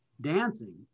Dancing